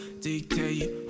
dictate